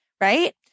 right